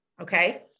Okay